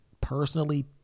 personally